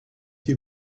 you